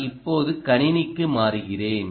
நான் இப்போது கணினிக்கு மாறுகிறேன்